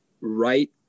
right